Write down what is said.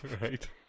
Right